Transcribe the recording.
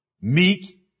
meek